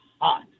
hot